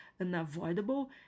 unavoidable